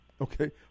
Okay